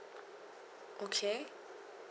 okay